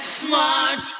smart